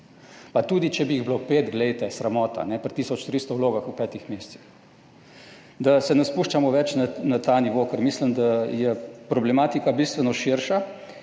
Pa tudi, če bi jih bilo pet, glejte sramota pri tisoč 300 vlogah v petih mesecih. Da se ne spuščamo več na ta nivo, ker mislim, da je problematika bistveno širša.